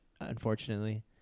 unfortunately